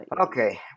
okay